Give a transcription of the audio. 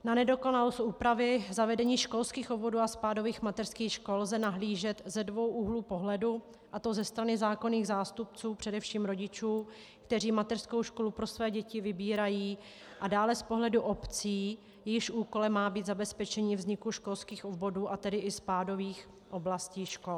Na nedokonalost úpravy zavedení školských obvodů a spádových mateřských škol lze nahlížet ze dvou úhlů pohledu, a to ze strany zákonných zástupců, především rodičů, kteří mateřskou školu pro své děti vybírají, a dále z pohledu obcí, jejichž úkolem má být zabezpečení vzniku školských obvodů, a tedy i spádových oblastí škol.